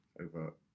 over